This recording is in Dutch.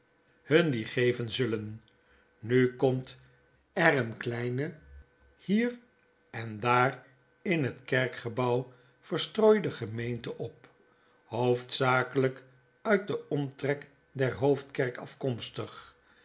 hun die geven zullen nu komt er eene kleine hier en daar in het kerkgebouw verstrooide gemeente op hoofdzakelp uit den omtrek der hoofdkerk afkomstig